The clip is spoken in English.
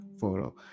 photo